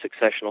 successional